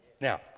Now